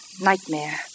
nightmare